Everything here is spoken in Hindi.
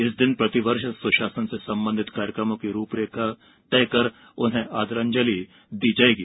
इस दिन प्रतिवर्ष सुशासन से संबंधित कार्यक्रमों की रूपरेखा तय कर उन्हें आदरांजलि दी जाएगी